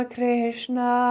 Krishna